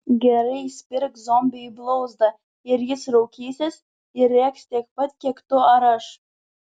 gerai įspirk zombiui į blauzdą ir jis raukysis ir rėks tiek pat kiek tu ar aš